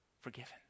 Forgiven